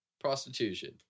prostitution